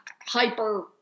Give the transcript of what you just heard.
hyper